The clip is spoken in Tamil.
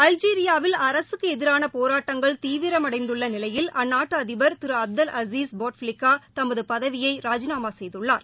அல்ஜீரியாவில் அரசுக்குஎதிரானபோராட்டங்கள் தீவிரமடைந்துள்ளநிலையில் அந்நாட்டுஅதிடர் திருஅப்தல் அஸீஷ் போட் ப்ளிக்காதமதுபதவியைராஜிநாமாசெய்துள்ளார்